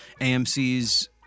AMC's